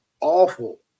awful